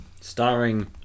Starring